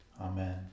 Amen